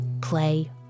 Play